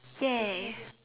ya